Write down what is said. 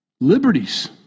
Liberties